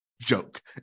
joke